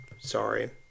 sorry